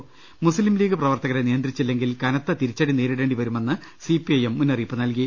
അതേസമയം മുസ്തിം ലീഗ് പ്രവർത്തകരെ നിയന്ത്രിച്ചില്ലെങ്കിൽ കനത്ത തിരിച്ചടി നേരിടേണ്ടി വരുമെന്ന് സിപിഐഎം മുന്നറിയിപ്പ് നൽകി